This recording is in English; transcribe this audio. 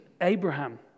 Abraham